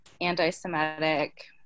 anti-Semitic